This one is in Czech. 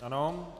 Ano.